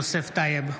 יוסף טייב,